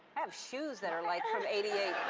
i've shoes that are, like, from eighty eight.